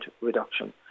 reduction